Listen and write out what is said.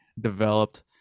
developed